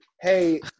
Hey